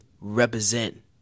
represent